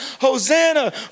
Hosanna